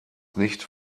nicht